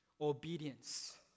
Obedience